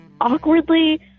awkwardly